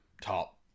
top